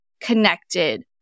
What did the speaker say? connected